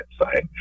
website